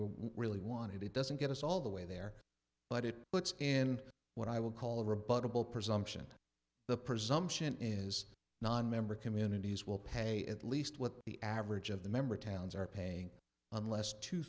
were really wanted it doesn't get us all the way there but it puts in what i would call a rebuttable presumption the presumption is nonmember communities will pay at least what the average of the member towns are paying unless two